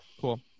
cool